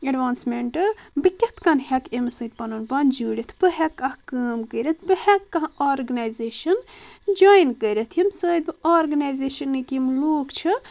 advancement بہٕ کِتھ کٔنۍ ہیٚکہٕ امہِ سۭتۍ پنُن پان جوٗرتھ بہٕ ہیٚکہٕ اکھ کٲم کٔرتھ بہٕ ہیٚکہٕ کانٛہہ آرگنایزیشن جویِن کٔرتھ ییٚمہِ سۭتۍ بہٕ آرگنایزشنٕکۍ یم لُکھ چھِ